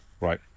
Right